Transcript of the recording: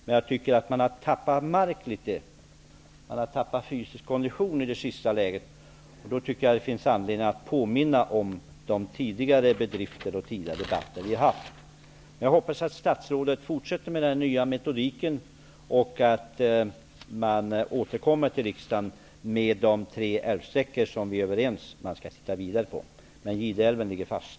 Men jag tycker att man på den senaste tiden har tappat en del mark och fysisk kondition, och jag tycker därför att det finns anledning att påminna om tidigare bedrifter och debatter. Jag hoppas att statsrådet fortsätter med den nya metodiken och återkommer till riksdagen beträffande de tre älvsträckor som vi är överens om att man skall arbeta vidare med. Men Gideälven ligger fast.